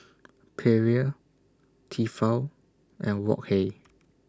Perrier Tefal and Wok Hey